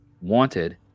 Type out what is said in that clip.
wanted